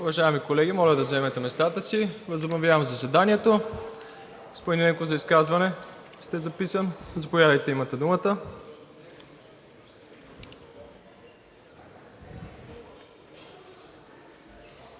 Уважаеми колеги, моля да заемете местата си. Възобновявам заседанието. Господин Ненков, за изказване сте записан – заповядайте, имате думата.